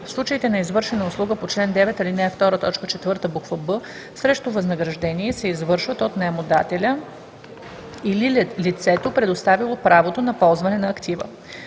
случаите на извършена услуга по чл. 9, ал. 2, т. 4, б. „б“ срещу възнаграждение се извършват от наемодателя или лицето, предоставило правото на ползване на актива.